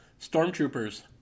stormtroopers